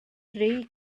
dri